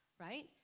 right